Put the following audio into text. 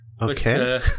Okay